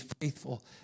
faithful